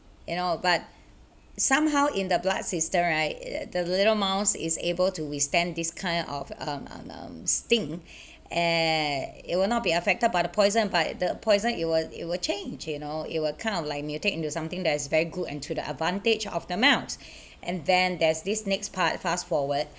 you know but somehow in the blood system right the little mouse is able to withstand these kind of um um um sting and it will not be affected by the poison but the poison it will it will change you know it will kind of like mutate into something that is very good and to the advantage of the mouse and then there's this next part fast forward